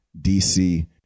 DC